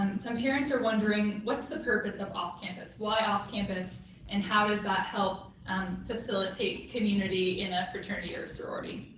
um some parents are wondering what's the purpose of off-campus? why off-campus and how does that help um facilitate community in a fraternity or sorority?